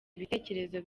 ibitekerezo